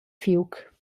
fiug